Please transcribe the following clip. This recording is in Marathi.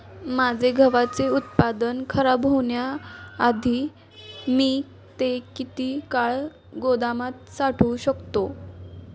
माझे गव्हाचे उत्पादन खराब होण्याआधी मी ते किती काळ गोदामात साठवू शकतो?